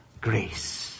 grace